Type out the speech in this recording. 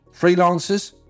freelancers